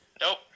Nope